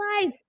life